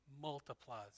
Multiplies